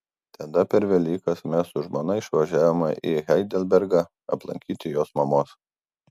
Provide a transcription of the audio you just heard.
tada per velykas mes su žmona išvažiavome į heidelbergą aplankyti jos mamos